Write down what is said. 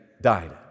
died